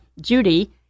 judy